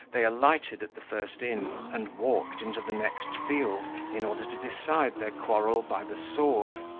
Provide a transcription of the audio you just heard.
they alighted at the first inn, and walked into the next field, in order to decide their quarrel by the sword.